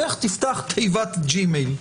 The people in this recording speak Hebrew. לך תפתח תיבת ג'ימייל.